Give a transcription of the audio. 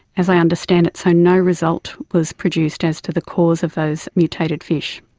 as i understand it, so no result was produced as to the cause of those mutated fish.